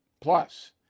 Plus